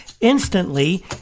instantly